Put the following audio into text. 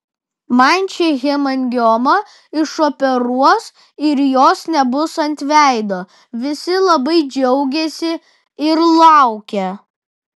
man šią hemangiomą išoperuos ir jos nebus ant veido visi labai džiaugėsi ir laukė